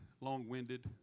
long-winded